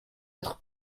être